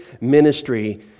ministry